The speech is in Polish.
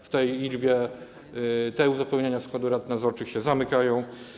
W tej liczbie te uzupełnienia składu rad nadzorczych się zamykają.